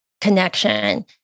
connection